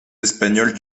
espagnols